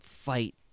fight